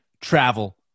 travel